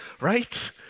right